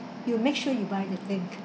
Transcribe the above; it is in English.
you make sure you buy the thing